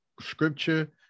scripture